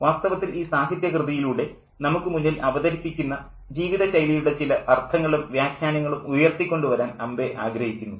വാസ്തവത്തിൽ ഈ സാഹിത്യ കൃതിയിലൂടെ നമുക്ക് മുന്നിൽ അവതരിപ്പിക്കുന്ന ജീവിതശൈലിയിലൂടെ ചില അർത്ഥങ്ങളും വ്യാഖ്യാനങ്ങളും ഉയർത്തിക്കൊണ്ടുവരാൻ അംബൈ ആഗ്രഹിക്കുന്നു